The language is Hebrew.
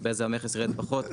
ובאיזה מהם המכס ירד פחות.